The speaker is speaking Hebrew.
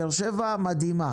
באר שבע מדהימה.